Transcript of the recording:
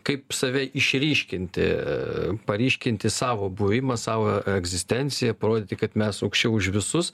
kaip save išryškinti paryškinti savo buvimą savo egzistenciją parodyti kad mes aukščiau už visus